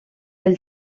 del